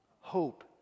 hope